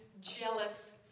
jealous